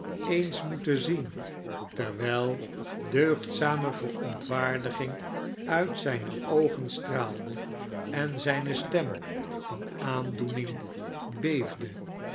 eens moeten zien terwijl deugzame verontwaardiging uit zijne oogen straalde en zijne stem van aandoening beefde